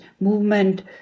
movement